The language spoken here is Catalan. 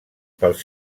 pels